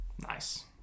Nice